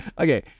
Okay